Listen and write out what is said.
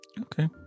okay